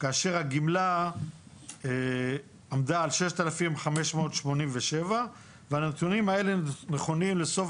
כאשר הגמלה על 6,587 ₪ והנתונים האלה נכונים לסוף